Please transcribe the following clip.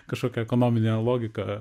kažkokia ekonomine logiką